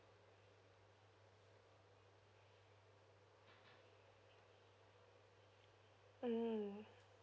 mm